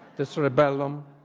the cerebellum,